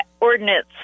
ordinance